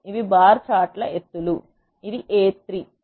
ఇవి బార్ చార్టుల ఎత్తులు ఇది A 3